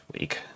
week